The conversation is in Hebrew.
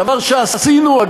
דבר שעשינו,